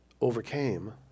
overcame